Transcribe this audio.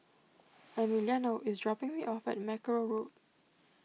Emiliano is dropping me off at Mackerrow Road